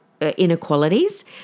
inequalities